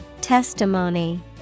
Testimony